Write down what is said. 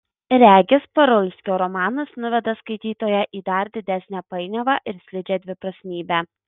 regis parulskio romanas nuveda skaitytoją į dar didesnę painiavą ir slidžią dviprasmybę